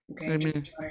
okay